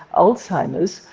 alzheimer's,